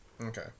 Okay